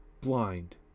blind